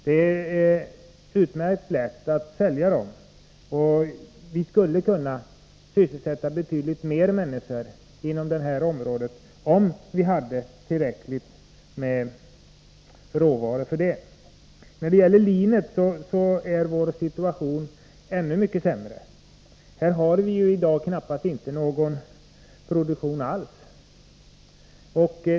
Det går utmärkt lätt att sälja dem. Vi skulle kunna sysselsätta betydligt fler människor inom detta område om vi hade tillräckligt med råvara. Beträffande linet är vår situation ännu mycket sämre. Vi har knappast någon produktion alls i dag.